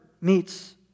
meets